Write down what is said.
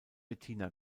bettina